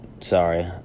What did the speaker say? Sorry